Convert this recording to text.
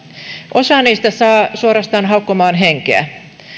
osa niistä saa suorastaan haukkomaan henkeä